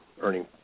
earning